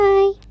Bye